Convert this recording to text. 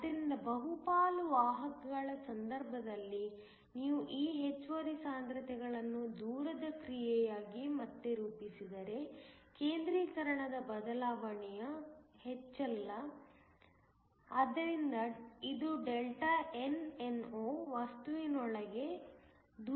ಆದ್ದರಿಂದ ಬಹುಪಾಲು ವಾಹಕಗಳ ಸಂದರ್ಭದಲ್ಲಿ ನೀವು ಈ ಹೆಚ್ಚುವರಿ ಸಾಂದ್ರತೆಗಳನ್ನು ದೂರದ ಕ್ರಿಯೆಯಾಗಿ ಮತ್ತೆ ರೂಪಿಸಿದರೆ ಕೇಂದ್ರೀಕರಣ ದ ಬದಲಾವಣೆಯು ಹೆಚ್ಚಿಲ್ಲ ಆದ್ದರಿಂದ ಇದು nno ವಸ್ತುವಿನೊಳಗೆ ದೂರ ಹೋಗುತ್ತದೆ